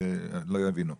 לא יבינו,